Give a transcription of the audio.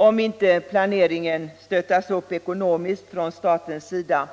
Om inte planeringen stöttas upp ekonomiskt från statens sida,